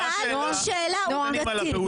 לא, אני שאלתי שאלה עובדתית.